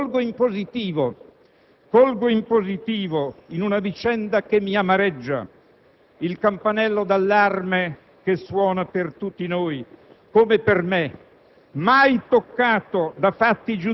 Onorevoli senatori, colgo in positivo, in una vicenda che mi amareggia, il campanello di allarme che suona per tutti noi come per me,